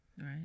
Right